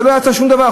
כשלא יצא שום דבר.